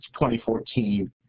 2014